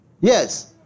Yes